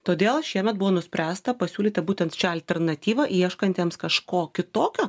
todėl šiemet buvo nuspręsta pasiūlyti būtent šią alternatyvą ieškantiems kažko kitokio